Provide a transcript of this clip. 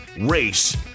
race